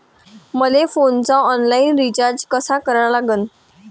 मले फोनचा online recharge कसा करा लागन?